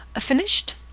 Finished